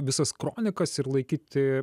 visas kronikas ir laikyti